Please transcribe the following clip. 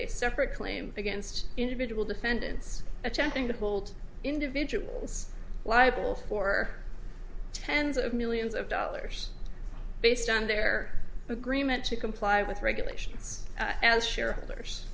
a separate claim against individual defendants attempting to hold individuals liable for tens of millions of dollars based on their agreement to comply with regulations as shareholders